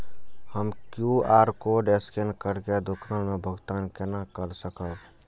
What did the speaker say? हम QR code scan करके दुकान में भुगतान केना कर सकब?